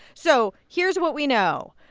so here's what we know.